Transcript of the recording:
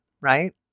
right